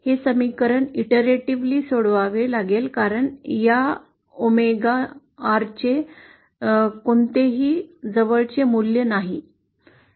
हे समीकरण पुनरावृत्ती सोडवावे लागेल कारण या ओमेगा R चे कोणतेही जवळचे मूल्य नाही